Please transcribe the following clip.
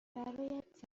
برایت